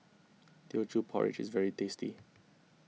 Teochew Porridge is very tasty